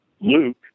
Luke